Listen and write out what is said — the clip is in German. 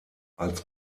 als